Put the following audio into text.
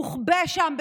מוחבא שם,